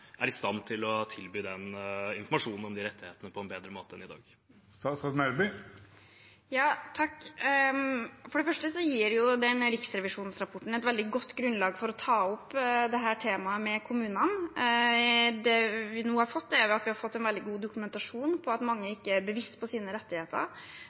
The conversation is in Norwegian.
er i stand til å tilby den informasjonen om de rettighetene på en bedre måte enn i dag. For det første gir Riksrevisjonens rapport et veldig godt grunnlag for å ta opp dette temaet med kommunene. Det vi nå har fått, er en veldig god dokumentasjon på at mange